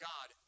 God